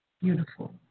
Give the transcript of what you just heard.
beautiful